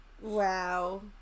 Wow